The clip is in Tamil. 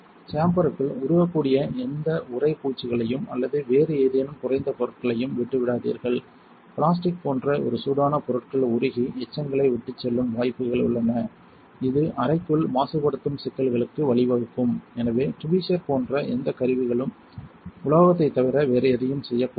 சேம்பர்க்குள் உருகக்கூடிய எந்த உரைப் பூச்சிகளையும் அல்லது வேறு ஏதேனும் குறைந்த பொருட்களையும் விட்டுவிடாதீர்கள் பிளாஸ்டிக் போன்ற ஒரு சூடான பொருட்கள் உருகி எச்சங்களை விட்டுச்செல்லும் வாய்ப்புகள் உள்ளன இது அறைக்குள் மாசுபடுத்தும் சிக்கல்களுக்கு வழிவகுக்கும் எனவே டீவீஸர் போன்ற எந்த கருவிகளும் உலோகத்தைத் தவிர வேறு எதையும் செய்யக்கூடாது